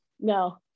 No